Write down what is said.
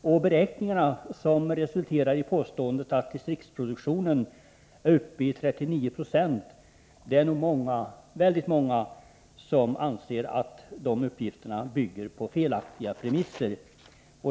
De beräkningar som resulterade i påståendet att distriktsproduktionen är uppe i 39 96 anser nog många bygger på felaktiga premisser.